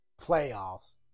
playoffs